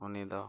ᱩᱱᱤ ᱫᱚ